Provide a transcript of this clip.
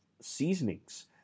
seasonings